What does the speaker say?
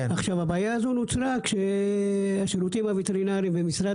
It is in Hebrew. הבעיה הזאת נוצלה כשהשירותים הווטרינרים ומשרד